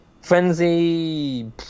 Frenzy